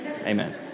Amen